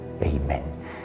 Amen